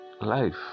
life